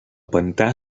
pantà